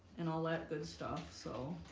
and all that good stuff, so